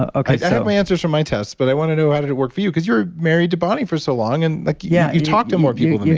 ah so answers from my tests, but i want to know how did it work for you because you're married to bonnie for so long and like yeah you talk to more people than me.